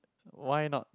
why not